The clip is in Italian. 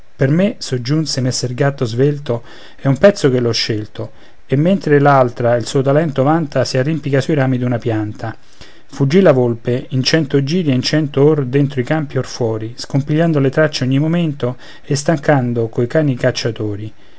per me soggiunse messer gatto svelto è un pezzo che l'ho scelto e mentre l'altra il suo talento vanta si arrampica sui rami d'una pianta fuggì la volpe in cento giri e in cento or dentro i campi or fuori scompigliando le tracce ogni momento e stancando coi cani i cacciatori